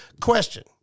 Question